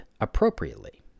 appropriately